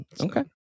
Okay